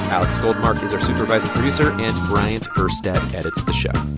alex goldmark is our supervising producer, and bryant urstadt edits the show.